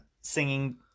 singing